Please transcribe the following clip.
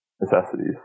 necessities